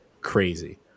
crazy